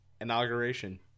inauguration